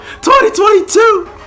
2022